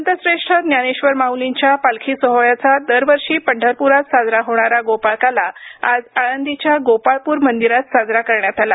संतश्रेष्ठ ज्ञानेश्वर माउलींच्या पालखी सोहोळ्याचा दरवर्षी पंढरप्रात साजरा होणार गोपाळकाला आज आळंदीच्या गोपाळपूर मंदिरात साजरा करण्यात आला